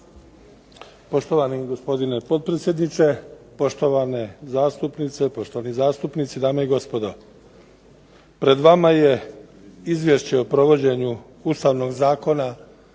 poštovane zastupnice poštovani zastupnici, dame i gospodo. Pred vama je Izvješće o provođenju Ustavnog zakona